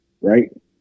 right